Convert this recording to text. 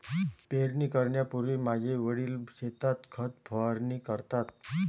पेरणी करण्यापूर्वी माझे वडील शेतात खत फवारणी करतात